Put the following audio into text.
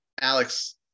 alex